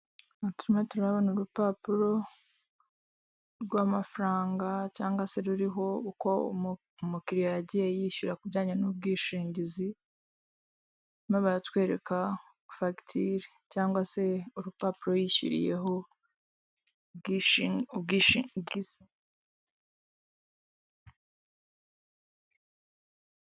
Turimo turabona urupapuro rw'amafaranga cyangwa se ruriho uko umukiriya yagiye yishyura kujyanye n'ubwishingizi, barimo batwereka fagitire cyangwa se urupapuro yishyuriyeho ubwishingizi.